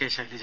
K Shailaja